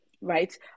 right